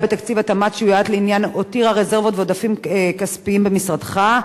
בתקציב התמ"ת שיועד לעניין הותירו רזרבות ועודפים כספיים במשרדך,